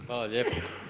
Hvala lijepo.